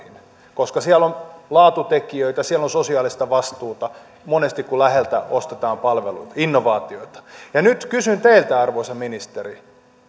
koska siellä on laatutekijöitä siellä on sosiaalista vastuuta monesti kun läheltä ostetaan palveluita innovaatioita nyt kysyn teiltä arvoisa ministeri